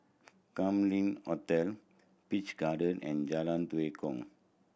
Kam Leng Hotel Peach Garden and Jalan Tue Kong